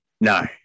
No